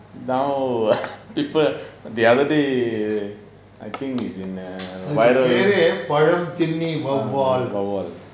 now people the other day I think is in err வவ்வால்:vavvaal